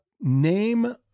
name